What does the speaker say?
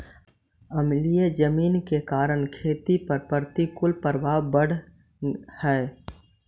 अम्लीय जमीन के कारण खेती पर प्रतिकूल प्रभाव पड़ऽ हइ